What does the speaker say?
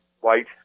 White